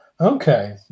Okay